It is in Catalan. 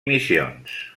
missions